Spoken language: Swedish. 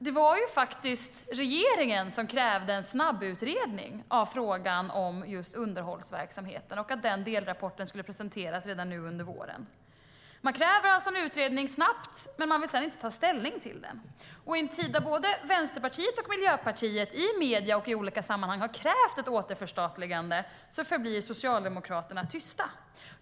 Det var faktiskt regeringen som krävde en snabbutredning av frågan om underhållsverksamheten, och delrapporten skulle presenteras redan nu under våren. Man kräver alltså en utredning snabbt, men man vill sedan inte ta ställning till den. I en tid när både Vänsterpartiet och Miljöpartiet i medier och i andra sammanhang har krävt ett återförstatligande förblir Socialdemokraterna tysta.